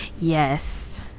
Yes